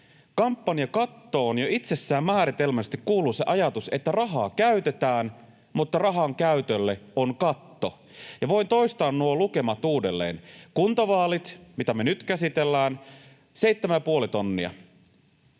kampanjakattoon jo itsessään määritelmällisesti kuuluu se ajatus, että rahaa käytetään, mutta rahan käytölle on katto. Ja voin toistaa nuo lukemat uudelleen: kuntavaalit, mitä me nyt käsitellään, seitsemän